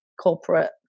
corporate